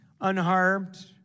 unharmed